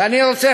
ואני רוצה,